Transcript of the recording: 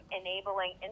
enabling